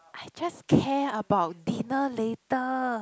I just care about dinner later